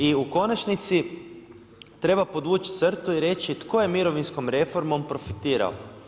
I u konačnici treba podvući crtu i reći tko je mirovinskom reformom profitirao.